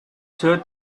sir